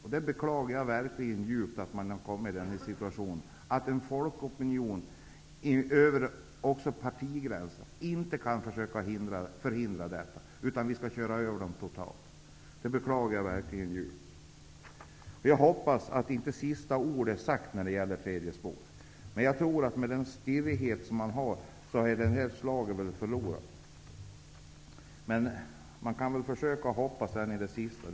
Jag beklagar verkligt djupt att man har hamnat i situationen att en folkopinion som också går över partigränserna inte kan förhindra detta, utan totalt körs över. Jag hoppas att inte sista ordet är sagt när det gäller tredje spåret. Men med den stirrighet man har visat, tror jag att detta slag är förlorat. Men man kan väl försöka att hoppas in i det längsta.